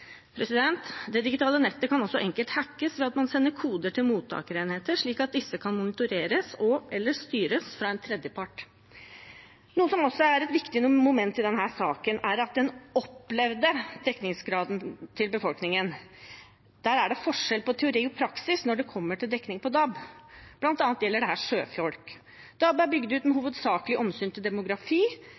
mottakerenheter, slik at disse kan monitoreres og/eller styres fra en tredjepart. Noe som også er et viktig moment i denne saken, er den opplevde dekningsgraden blant befolkningen. Det er forskjell på teori og praksis når det gjelder dekning på DAB, bl.a. gjelder dette sjøfolk. DAB er bygd ut hovedsakelig med omsyn til demografi,